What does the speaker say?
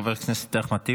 חבר הכנסת אחמד טיבי.